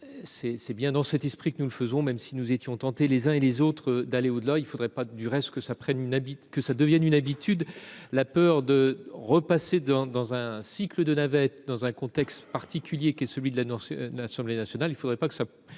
c'est bien dans cet esprit que nous le faisons même si nous étions tentés, les uns et les autres d'aller au-delà, il faudrait pas du reste que ça prenne une habite que ça devienne une habitude. La peur de repasser dans dans un cycle de navette dans un contexte particulier qui est celui de l'annonce de l'Assemblée nationale, il ne faudrait pas que ça,